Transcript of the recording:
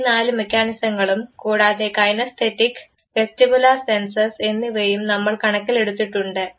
ഈ നാല് മെക്കാനിസങ്ങളും കൂടാതെ കൈനസ്തെറ്റിക്ക് വെസ്റ്റിബുലാർ സെൻസസ് എന്നിവയും നമ്മൾ കണക്കിലെടുത്തിട്ടുണ്ട്